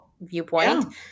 viewpoint